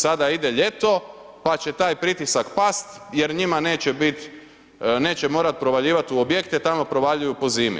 Sada ide ljeto, pa će taj pritisak pasti jer njima neće biti, neće morati provaljivati u objekte, tamo provaljuju po zimi.